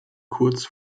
kurz